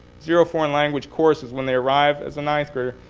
zero foreign language courses when they arrive as a ninth grader,